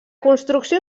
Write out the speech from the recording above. construcció